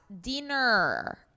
dinner